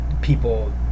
people